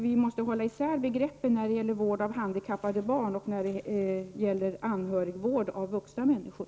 Vi måste hålla isär begreppen när det gäller vård av handikappade barn och anhörigvård av vuxna människor.